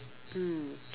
mm